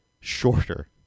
shorter